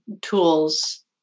tools